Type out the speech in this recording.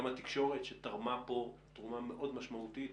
גם התקשורת שתרמה כאן תרומה מאוד משמעותית.